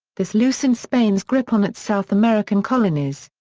this loosened spain's grip on its south american colonies.